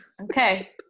Okay